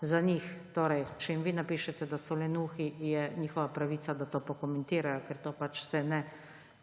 za njih. Če jim vi napišete, da so lenuhi, je njihova pravica, da to pokomentirajo, ker to pač se